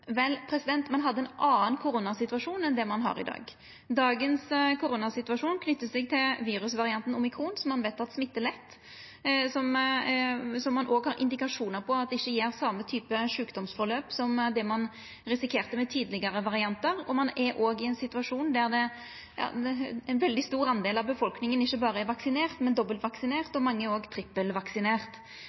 Vel, ein hadde ein annan koronasituasjon enn ein har i dag. Koronasituasjonen i dag knyter seg til virusvarianten omikron, som ein veit smitter lett, og som ein òg har indikasjonar på at ikkje gjev den same typen sjukdomsløp som ein risikerte med tidlegare variantar. Ein er òg i ein situasjon der ein veldig stor del av befolkninga ikkje berre er vaksinerte, men òg dobbeltvaksinerte. Mange er